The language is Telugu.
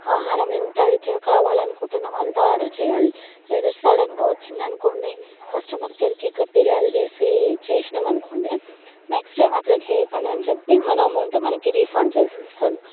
ఆహారం ఎంతైతే కావాలనుకుంటున్నామో అంత ఆర్డర్ చేయాలి లేదు సడన్గా వచ్చిందనుకోండి కస్టమర్ కేర్కి ఇట్లా ఫిర్యాదు చేసి చేసినాము అనుకోండి నెక్స్ట్ టైమ్ అట్ల చేయకండి అని చెప్పి మన అమౌంట్ మనకు రిఫండ్ చేసేస్తారు